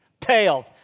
paled